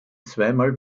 zweimal